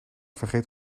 vergeet